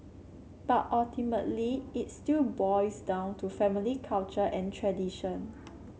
but ultimately it still boils down to family culture and tradition